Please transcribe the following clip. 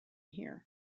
here